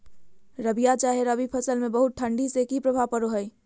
रबिया चाहे रवि फसल में बहुत ठंडी से की प्रभाव पड़ो है?